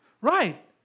Right